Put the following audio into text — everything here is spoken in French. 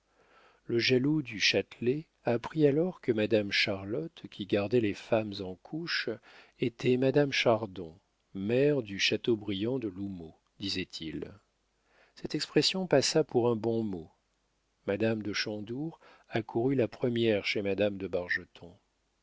le jaloux du châtelet apprit alors que madame charlotte qui gardait les femmes en couches était madame chardon mère du chateaubriand de l'houmeau disait-il cette expression passa pour un bon mot madame de chandour accourut la première chez madame de